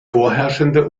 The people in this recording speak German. vorherrschende